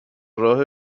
راه